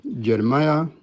Jeremiah